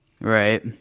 Right